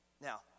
Now